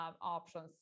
options